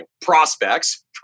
prospects